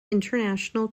international